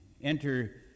enter